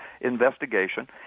investigation